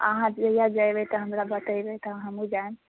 अहाँ जहिया जइबै तऽ हमरा बतेबै तऽ हमहू जाइम